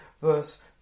verse